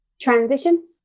transition